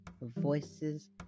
voices